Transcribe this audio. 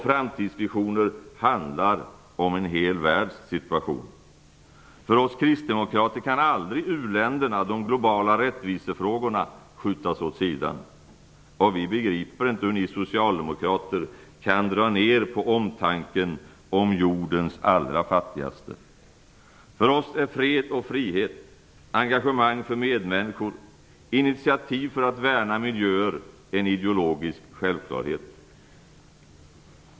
Framtidsvisioner handlar om en hel världs situation. För oss kristdemokrater kan aldrig uländerna, de globala rättvisefrågorna skjutas åt sidan. Och vi begriper inte hur ni socialdemokrater kan dra ner på omtanken om jordens allra fattigaste. För oss är fred och frihet, engagemang för medmänniskor och initiativ för att värna miljöer en ideologisk självklarhet.